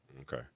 Okay